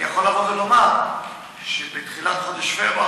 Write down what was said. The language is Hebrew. אני יכול לבוא ולומר שבתחילת חודש פברואר